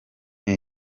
ubu